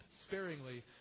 sparingly